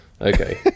Okay